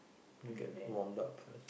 okay warm up first